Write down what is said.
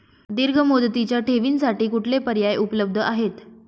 दीर्घ मुदतीच्या ठेवींसाठी कुठले पर्याय उपलब्ध आहेत?